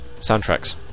soundtracks